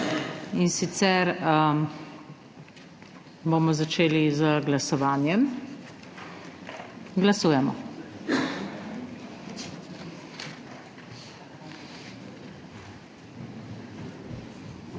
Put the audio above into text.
In sicer bomo začeli z glasovanjem. Glasujemo.